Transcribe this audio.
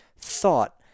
thought